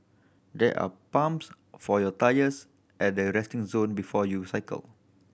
there are pumps for your tyres at the resting zone before you cycle